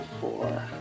four